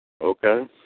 Okay